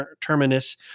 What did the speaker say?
Terminus